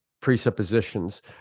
presuppositions